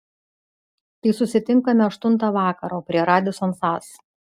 tai susitinkame aštuntą vakaro prie radisson sas